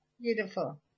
Beautiful